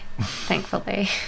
thankfully